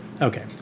Okay